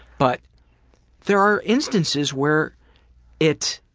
but there are instances where it